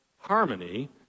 harmony